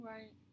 Right